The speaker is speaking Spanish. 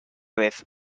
vez